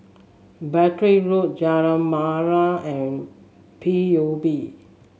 Battery Road Jalan Molek and P U B